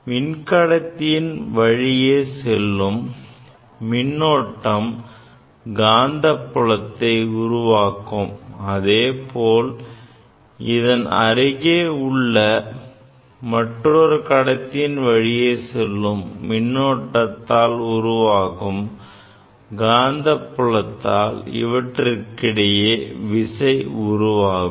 மின் கடத்தியின் வழியே செல்லும் மின்னோட்டம் காந்தப் புலத்தை உருவாக்கும் அதேபோல் இதன் அருகே உள்ள மற்றொரு கடத்தியின் வழியே செல்லும் மின்னோட்டத்தால் உருவாகும் காந்தப் புலத்தால் இவற்றுக்கிடையே விசை ஏற்படும்